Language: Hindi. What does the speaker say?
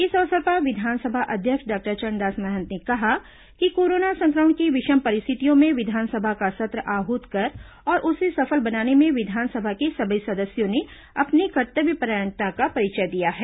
इस अवसर पर विधानसभा अध्यक्ष डॉक्टर चरणदास महंत ने कहा कि कोरोना सं क्र मण की विषम परिस्थितियों में विधानसभा का सत्र आहूत कर और उसे सफल बनाने में विधानसभा के सभी सदस्यों ने अपनी कर्तव्यपरायणता का परिचय दिया है